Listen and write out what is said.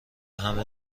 همه